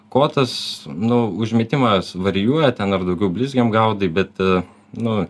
kotas nu užmetimas varijuoja ten ar daugiau blizgėm gaudai bet nu